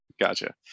Gotcha